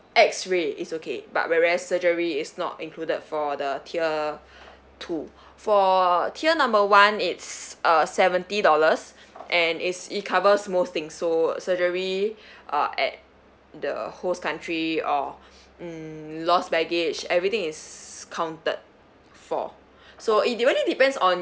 X ray is okay but whereas surgery is not included for the tier two for tier number one it's uh seventy dollars and it's it covers most things so surgery uh at the host country or mm lost baggage everything is counted for so it really depends on